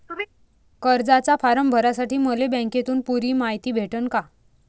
कर्जाचा फारम भरासाठी मले बँकेतून पुरी मायती भेटन का?